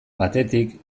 batetik